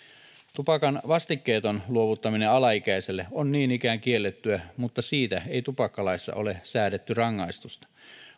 tupakan vastikkeeton luovuttaminen alaikäiselle on niin ikään kiellettyä mutta siitä ei tupakkalaissa ole säädetty rangaistusta